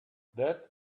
that